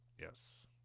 yes